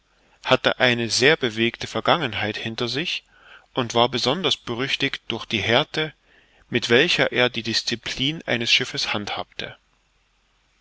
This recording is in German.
hatte eine sehr bewegte vergangenheit hinter sich und war besonders berüchtigt durch die härte mit welcher er die disciplin seines schiffes handhabte